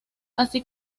así